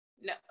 no